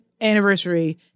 anniversary